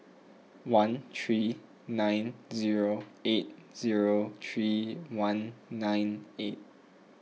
one three nine zero eight zero three one nine eight